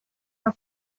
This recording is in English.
her